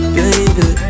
baby